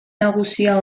nagusia